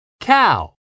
cow